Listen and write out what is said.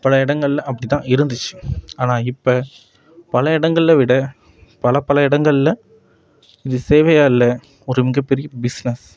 பல இடங்களில் அப்படிதான் இருந்துச்சு ஆனால் இப்போ பல இடங்களை விட பலப்பல இடங்களில் இது சேவையால்லை ஒரு மிகப்பெரிய பிசினஸ்